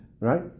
Right